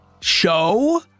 Show